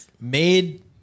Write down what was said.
made